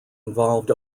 involved